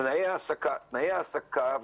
תנאי העסקה,